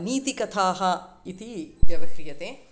नीतिकथाः इति व्यवह्रियन्ते